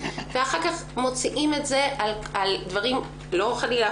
ואחר כך מוציאים את זה על דברים חלילה,